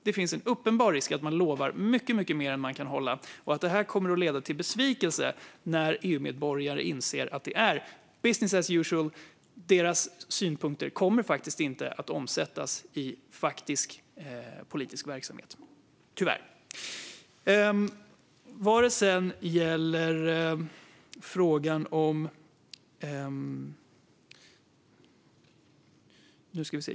Det finns en uppenbar risk att man lovar mycket mer än man kan hålla och att det kommer att leda till besvikelse när EU-medborgare inser att det är business as usual och att deras synpunkter inte kommer att omsättas i faktisk politisk verksamhet - tyvärr.